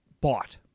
bought